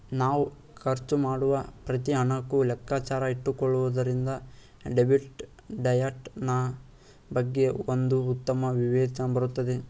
ನಾವ್ ಖರ್ಚು ಮಾಡುವ ಪ್ರತಿ ಹಣಕ್ಕೂ ಲೆಕ್ಕಾಚಾರ ಇಟ್ಟುಕೊಳ್ಳುವುದರಿಂದ ಡೆಬಿಟ್ ಡಯಟ್ ನಾ ಬಗ್ಗೆ ಒಂದು ಉತ್ತಮ ವಿವೇಚನೆ ಬರುತ್ತದೆ